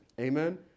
Amen